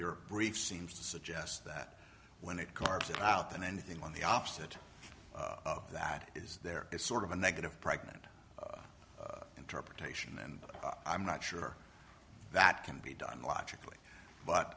your brief seems to suggest that when it carves it out than anything on the opposite that it is there is sort of a negative pregnant interpretation and i'm not sure that can be done logically but